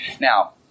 Now